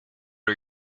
are